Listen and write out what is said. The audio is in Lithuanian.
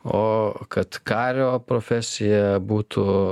o kad kario profesija būtų